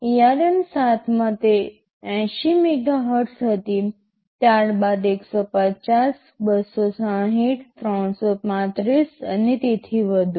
ARM7 માં તે 80 megahertz હતી ત્યારબાદ 150 260 335 અને તેથી વધુ